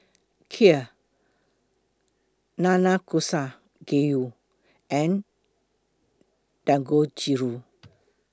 Kheer Nanakusa Gayu and Dangojiru